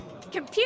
Computer